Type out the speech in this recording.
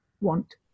want